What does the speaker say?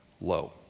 low